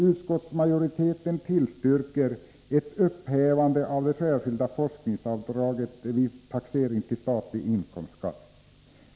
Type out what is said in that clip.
Utskottsmajoriteten tillstyrker ett upphävande av det särskilda forskningsavdraget vid taxering till statlig inkomstskatt.